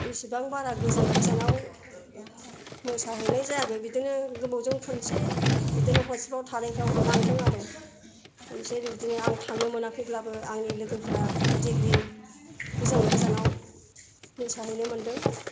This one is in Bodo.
एसेबां बारा गोजान गोजानआव मोसाहैनाय जायाखै बिदिनो गोबावजों खुनसे बिदिनो हस्तेल आव थानायफ्राव लांदों आरो खनसे बिदिनो आं थांनो मोनाखैब्लाबो आंनि लोगोफ्रा दिल्ली गोजान गोजानआव मोसाहैनो मोन्दों